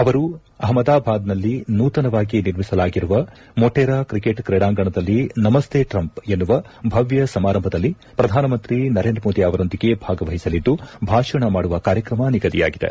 ಅವರು ಅಹಮದಾಬಾದ್ನಲ್ಲಿ ನೂತನವಾಗಿ ನಿರ್ಮಿಸಲಾಗಿರುವ ಮೊಟೇರಾ ಕ್ರಿಕೆಟ್ ಕ್ರೀಡಾಂಗಣದಲ್ಲಿ ನಮಸ್ತೆ ಟ್ರಂಪ್ ಎನ್ನುವ ಭವ್ಯ ಸಮಾರಂಭದಲ್ಲಿ ಪ್ರಧಾನಮಂತ್ರಿ ನರೇಂದ ಮೋದಿ ಅವರೊಂದಿಗೆ ಭಾಗವಹಿಸಲಿದ್ದು ಭಾಷಣ ಮಾಡುವ ಕಾರ್ಯಕ್ರಮ ನಿಗದಿಯಾಗಿದೆ